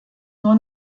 nur